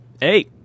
Hey